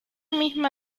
misma